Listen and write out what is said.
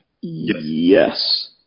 Yes